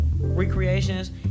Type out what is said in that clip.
recreations